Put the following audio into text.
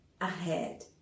ahead